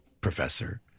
professor